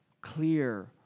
clear